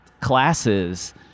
classes